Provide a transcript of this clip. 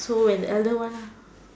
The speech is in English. so when the elder one